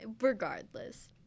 Regardless